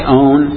own